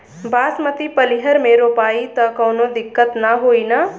बासमती पलिहर में रोपाई त कवनो दिक्कत ना होई न?